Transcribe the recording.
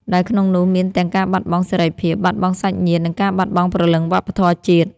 ដែលក្នុងនោះមានទាំងការបាត់បង់សេរីភាព បាត់បង់សាច់ញាតិ និងការបាត់បង់ព្រលឹងវប្បធម៌ជាតិ។